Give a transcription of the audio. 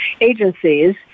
agencies